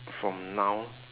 from now